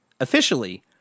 Officially